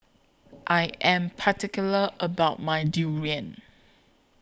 I Am particular about My Durian